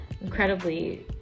incredibly